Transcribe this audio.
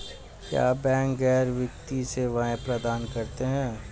क्या बैंक गैर वित्तीय सेवाएं प्रदान करते हैं?